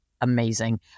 amazing